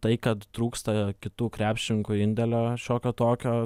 tai kad trūksta kitų krepšininkų indėlio šiokio tokio